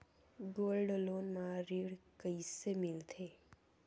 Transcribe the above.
Gold loan म ऋण कइसे मिलथे?